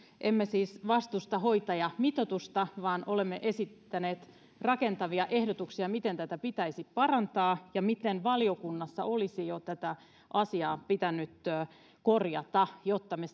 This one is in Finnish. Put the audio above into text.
emme siis vastusta hoitajamitoitusta vaan olemme esittäneet rakentavia ehdotuksia miten tätä pitäisi parantaa ja miten valiokunnassa olisi jo tätä asiaa pitänyt korjata jotta me